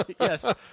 Yes